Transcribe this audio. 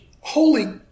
holy